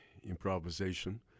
improvisation